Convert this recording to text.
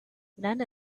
none